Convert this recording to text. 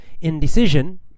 indecision